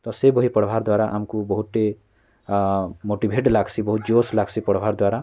ତ ସେ ବହି ପଢ଼୍ବାର୍ ଦ୍ଵାରା ଆମ୍କୁ ବହୁଟେ ମୋଟିଭେଟ୍ ଲାଗ୍ସି ବହୁ ଜୋଶ୍ ଲାଗ୍ସି ପଢ଼୍ବାର୍ ଦ୍ଵାରା